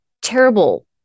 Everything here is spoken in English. terrible